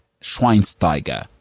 Schweinsteiger